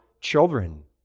children